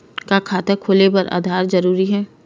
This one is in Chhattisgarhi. का खाता खोले बर आधार जरूरी हे?